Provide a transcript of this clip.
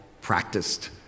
practiced